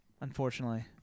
Unfortunately